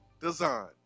Design